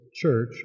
church